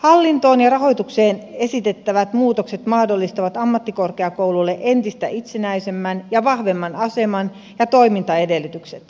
hallintoon ja rahoitukseen esitettävät muutokset mahdollistavat ammattikorkeakouluille entistä itsenäisemmän ja vahvemman aseman ja toimintaedellytykset